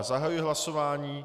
Zahajuji hlasování.